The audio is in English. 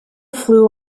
flew